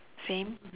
same